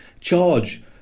charge